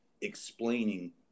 explaining